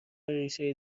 ریشه